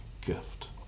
gift